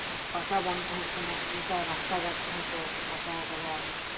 ᱯᱟᱠᱟ ᱵᱟᱝ ᱛᱟᱦᱮᱸ ᱠᱟᱱᱟ ᱱᱮᱛᱟᱨ ᱨᱟᱥᱛᱟ ᱜᱷᱟᱴ ᱠᱚᱦᱚᱸ ᱠᱚ ᱯᱟᱠᱟ ᱟᱠᱟᱫᱟ